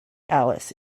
alice